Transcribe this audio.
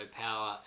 power